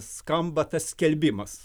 skamba tas skelbimas